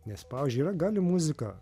nes pavyzdžiui yra gali muzika